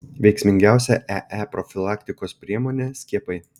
veiksmingiausia ee profilaktikos priemonė skiepai